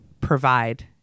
provide